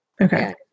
Okay